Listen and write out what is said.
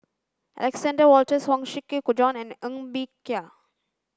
Alexander Wolters Huang Shiqi Joan and Ng Bee Kia